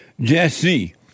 Jesse